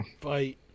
fight